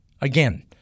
Again